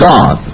God